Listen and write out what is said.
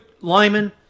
linemen